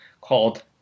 called